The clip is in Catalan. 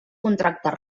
contractes